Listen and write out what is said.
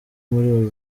muri